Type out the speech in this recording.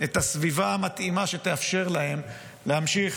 את הסביבה המתאימה שתאפשר להם להמשיך